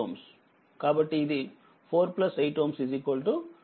కాబట్టిఇది 48Ω12Ω అవుతుంది